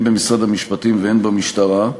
הן במשרד המשפטים והן במשטרה.